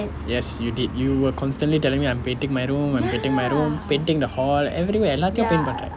yes you did you were constantly telling me I'm painting my room I'm painting my room painting the hall everywhere எல்லாத்தையும்:ellathaiyum paint பண்றேன்:pandren